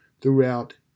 throughout